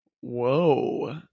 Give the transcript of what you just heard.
Whoa